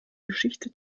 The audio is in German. geschichte